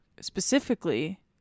specifically